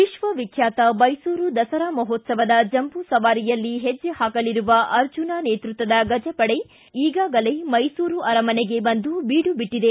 ವಿಶ್ವವಿಖ್ಯಾತ ಮೈಸೂರು ದಸರಾ ಮಹೋತ್ತವದ ಜಂಬೂ ಸವಾರಿಯಲ್ಲಿ ಹೆಜ್ಜೆ ಪಾಕಲಿರುವ ಅರ್ಜುನ ನೇತೃತ್ವದ ಗಜಪಡೆ ಈಗಾಗಲೇ ಮೈಸೂರು ಅರಮನೆಗೆ ಬಂದು ಬೀಡುಬಿಟ್ಟಿದೆ